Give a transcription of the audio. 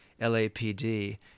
LAPD